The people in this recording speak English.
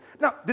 Now